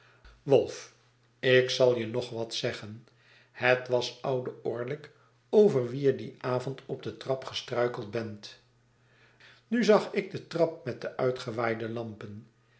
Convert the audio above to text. wolf ik zal je nog wat zeggen het was oude orlick over wienje dien avond op de trap gestruikeldhebt nu zag ik de trap met de uitgewaaide lampen